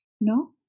no